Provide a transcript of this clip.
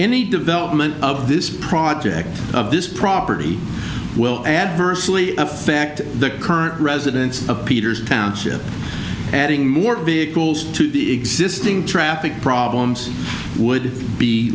any development of this project of this property will adversely affect the current residents of peter's township adding more vehicles to the existing traffic problems would be